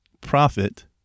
profit